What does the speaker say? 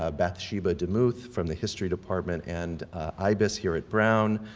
ah bathsheba demuth from the history department and ibis here at brown,